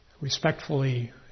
respectfully